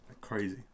Crazy